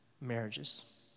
marriages